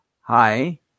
Hi